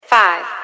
Five